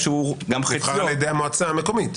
נבחר על ידי המועצה המקומית.